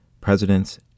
presidents